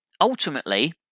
Ultimately